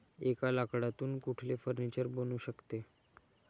एका लाकडातून कुठले फर्निचर बनू शकते?